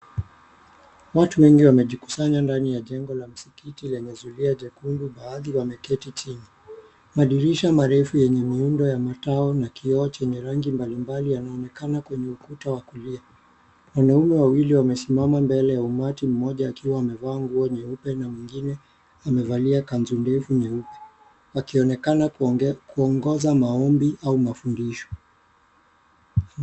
Watu wengi wamejikusanya ndani ya jengo la msikiti lenye zulia jekundu baadhi wameketi chini. Madirisha marefu yenye miundo ya matao na kioo chenye rangi mbalimbali yanaonekana kwenye ukuta wa kulia. Wanaume wawili wamesimama mbele ya umati mmoja akiwa amevaa nguo nyeupe na mwingine amevalia kanzu ndefu nyeupe, wakionekana kunongoza maombi au mafundisho.